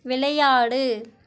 விளையாடு